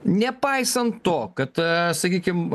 nepaisant to kad sakykim